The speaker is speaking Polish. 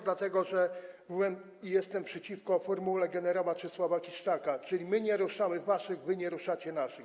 Dlatego, że byłem i jestem przeciwko formule gen. Czesława Kiszczaka, czyli my nie ruszamy waszych, wy nie ruszacie naszych.